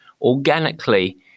organically